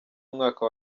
umwaka